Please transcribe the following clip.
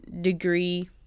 degree